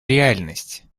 реальность